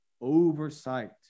oversight